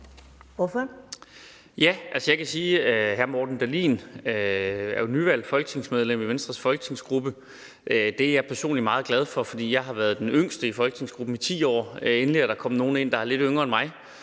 Lauritzen (V): Jeg kan sige, at hr. Morten Dahlin jo er nyvalgt folketingsmedlem i Venstres folketingsgruppe. Det er jeg personligt meget glad for, for jeg har været den yngste i folketingsgruppen i 10 år. Endelig er der kommet nogen ind, der er lidt yngre end mig.